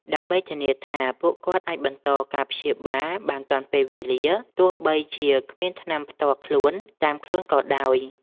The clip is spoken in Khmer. ដើម្បីធានាថាពួកគាត់អាចបន្តការព្យាបាលបានទាន់ពេលវេលា ទោះបីជាគ្មានថ្នាំផ្ទាល់ខ្លួនតាមខ្លួនក៏ដោយ។